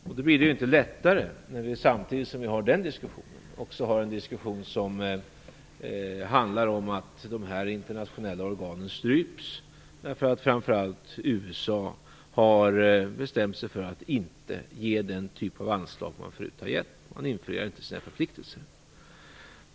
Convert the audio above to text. Det blir ju inte lättare när vi, samtidigt som vi har den diskussionen, har en diskussion som handlar om att de här internationella organen stryps därför att framför allt USA har bestämt sig för att inte ge den typ av anslag man förut har givit och inte infriar sina förpliktelser.